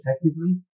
effectively